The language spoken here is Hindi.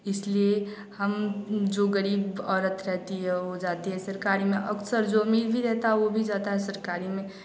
इसलिए हम जो गरीब औरत रहती हैं वह जाती हैं सरकारी में अक्सर जो अमीर भी वह भी जाता है सरकारी में